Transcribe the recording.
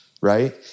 right